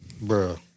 Bro